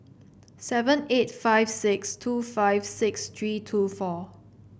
seven eight five six two five six three two four